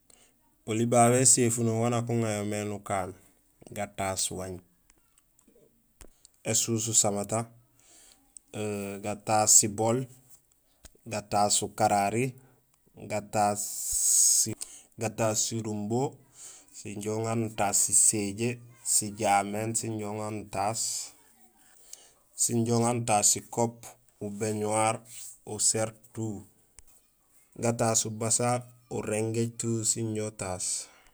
Oli babé éséfuno wanja uŋa yo nukaan: gataas waañ, ésus usamata, gataas sibool, gataas ukarari, gataas sirumbo, yo inja uŋa nutaas siséjee, sijaméén sinja uŋa nutaas, sinja uŋa nutaas sikop, ubéñuwar uséér tout gataas ubasa, uringééj tout sinjo utaas.